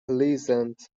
pleasant